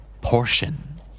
Portion